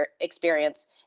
experience